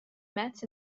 met